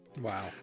Wow